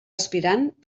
aspirant